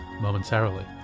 momentarily